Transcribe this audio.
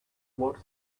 words